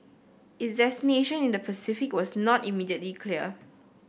its destination in the Pacific was not immediately clear